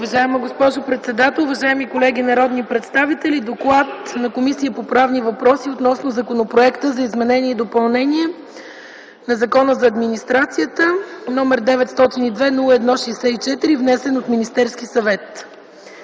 Уважаема госпожо председател, уважаеми колеги народни представители! „Доклад на Комисията по правни въпроси относно Законопроект за изменение и допълнение на Закона за администрацията, № 902 01 64, внесен от Министерския съвет.